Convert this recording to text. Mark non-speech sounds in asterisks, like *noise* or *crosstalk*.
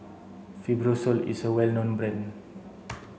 Fibrosol is a well known brand *noise*